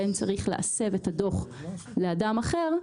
בהם צריך להסב את הדוח לאדם אחר,